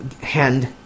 hand